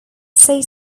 say